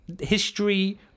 history